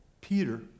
Peter